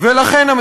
זה לא פתרון.